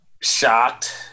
shocked